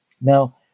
Now